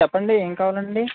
చెప్పండి ఏం కావాలండి